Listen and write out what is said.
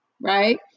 Right